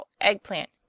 eggplant